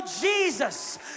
Jesus